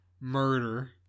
murder